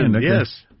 yes